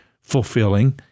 fulfilling